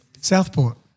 Southport